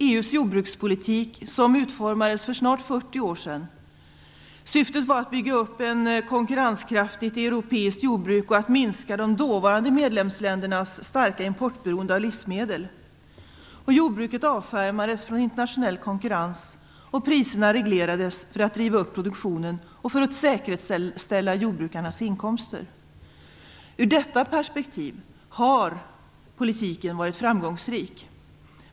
EU:s jordbrukspolitik utformades för snart 40 år sedan. Syftet var att bygga upp ett konkurrenskraftigt europeiskt jordbruk och att minska de dåvarande medlemsländernas starka importberoende av livsmedel. Jordbruket avskärmades från internationell konkurrens, och priserna reglerades för att driva upp produktionen och för att säkerställa jordbrukarnas inkomster. Ur detta perspektiv har politiken varit framgångsrik.